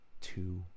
two